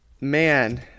Man